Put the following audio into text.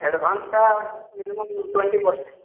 advance ଟା minimum twenty percent